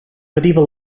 medieval